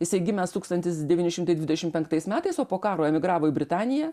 jisai gimęs tūkstantis devyni šimtai dvidešimt penktais metais o po karo emigravo į britaniją